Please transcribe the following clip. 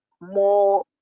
more